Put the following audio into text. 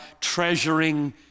treasuring